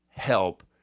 help